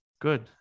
good